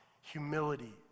humility